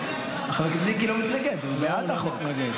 חבר הכנסת מיקי לא מתנגד, הוא בעד החוק.